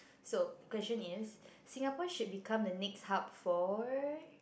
so question is Singapore should become the next hub for